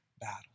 battle